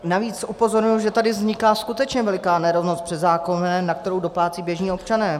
Navíc upozorňuji, že tady vzniká skutečně veliká nerovnost před zákonem, na kterou doplácejí běžní občané.